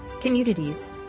communities